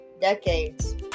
decades